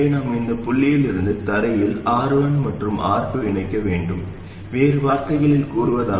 எனவே நாம் இந்த புள்ளியில் இருந்து தரையில் R1 மற்றும் R2 இணைக்க வேண்டும் வேறு வார்த்தைகளில் கூறுவதானால் R1 || R2